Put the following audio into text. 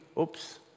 Oops